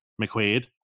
McQuaid